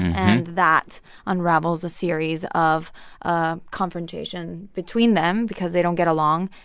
and that unravels a series of ah confrontation between them because they don't get along.